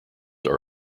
are